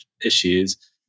issues